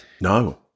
No